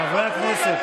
חבר הכנסת